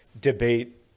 debate